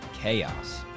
chaos